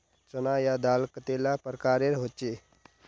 चना या दाल कतेला प्रकारेर होचे?